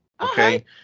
okay